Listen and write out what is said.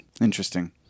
Interesting